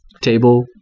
table